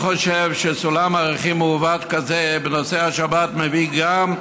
אני חושב שסולם ערכים מעוות כזה בנושא השבת מביא גם,